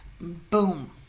Boom